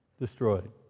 destroyed